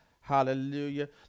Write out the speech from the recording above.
Hallelujah